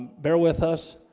bear with us.